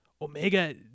Omega